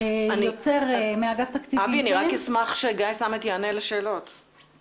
אני אשמח שגיא סמט יענה לשאלתי.